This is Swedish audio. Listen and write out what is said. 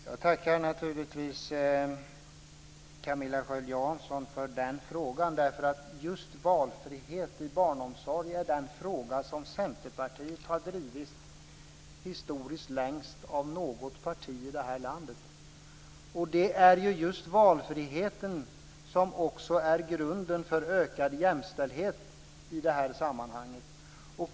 Fru talman! Jag tackar Camilla Sköld Jansson för frågan, därför att just valfrihet i barnomsorgen är den fråga som Centerpartiet historiskt har drivit längre än något annat parti i det här landet. Det är just valfriheten som också är grunden för ökad jämställdhet i detta sammanhang.